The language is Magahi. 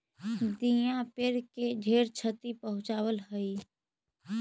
दियाँ पेड़ के ढेर छति पहुंचाब हई